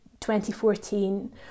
2014